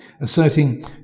asserting